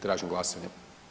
Tražim glasanje.